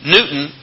Newton